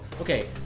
Okay